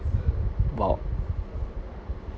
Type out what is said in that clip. while